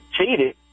Cheated